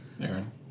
Aaron